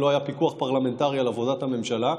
היה פיקוח פרלמנטרי על עבודת הממשלה.